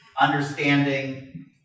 understanding